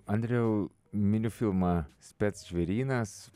andriau minifilmą spec žvėrynas